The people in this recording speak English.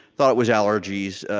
thought it was allergies.